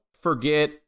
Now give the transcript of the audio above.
forget